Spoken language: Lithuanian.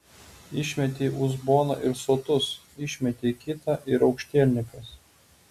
išmetei uzboną ir sotus išmetei kitą ir aukštielninkas